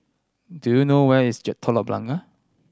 do you know where is Telok Blangah